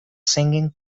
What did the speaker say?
singing